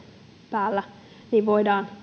päällä voidaan